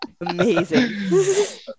amazing